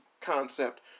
concept